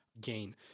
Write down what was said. gain